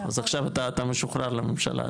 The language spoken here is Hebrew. אז עכשיו אתה משוחרר לממשלה,